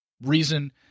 reason